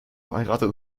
verheiratet